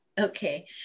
okay